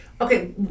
Okay